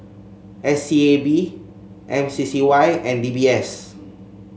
S E A B M C C Y and D B S